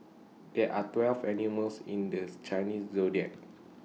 there are twelve animals in The S Chinese Zodiac